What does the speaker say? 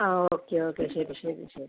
ആ okay okay ശരി ശരി ശരി